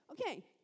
Okay